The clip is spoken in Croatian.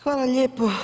Hvala lijepo.